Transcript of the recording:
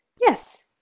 Yes